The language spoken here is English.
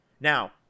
Now